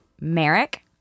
Merrick